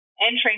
entering